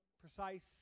precise